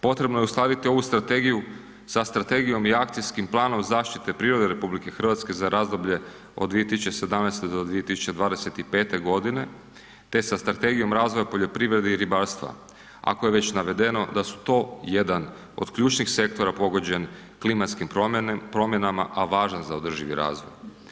Potrebno je uspostaviti ovu strategiju sa strategijom i akcijskim planom zaštite prirode RH za razdoblje od 2017.-2025.g., te sa Strategijom razvoja poljoprivrede i ribarstva ako je već navedeno da su to jedan od ključnih sektora pogođen klimatskim promjenama, a važan za održivi razvoj.